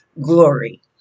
glory